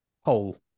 hole